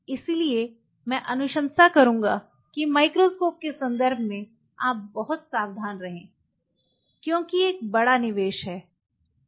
इसलिए मैं अनुशंसा करूंगा कि माइक्रोस्कोप के संदर्भ में आप बहुत सावधान रहें क्योंकि यह एक बड़ा निवेश है